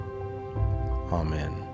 Amen